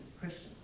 Christians